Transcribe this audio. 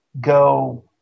go